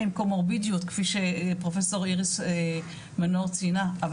קומורבידיות כפי שפרופ' איריס מנור ציינה,